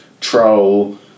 troll